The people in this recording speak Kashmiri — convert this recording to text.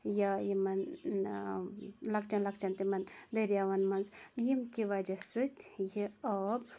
یا یِمَن لۄکچَن لۄکچَن تِمَن دٔریاوَن مَنٛز ییٚمہِ کہِ وَجہ سۭتۍ یہِ آب